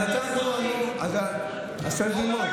אז אתה, לא בדקתם את האזרחי.